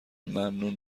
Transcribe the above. ممنون